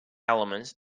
elements